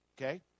Okay